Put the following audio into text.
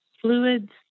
Fluids